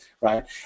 right